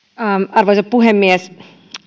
arvoisa puhemies